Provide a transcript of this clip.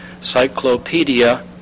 Cyclopedia